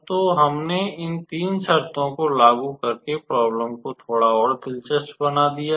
तो हमने इन तीन शर्तों को लागू करके प्रोब्लेम को थोड़ा और दिलचस्प बना दिया है